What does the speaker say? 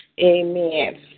amen